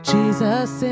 Jesus